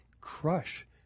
crush